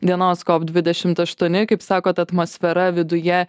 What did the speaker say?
dienos kop dvidešimt aštuoni kaip sakot atmosfera viduje